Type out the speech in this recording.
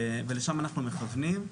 ולשם אנחנו מכוונים.